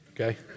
okay